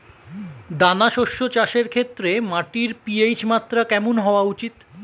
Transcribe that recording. দানা শস্য চাষের ক্ষেত্রে মাটির পি.এইচ মাত্রা কেমন হওয়া উচিৎ?